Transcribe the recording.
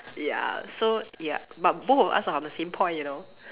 ya so ya but both of us are on the same point you know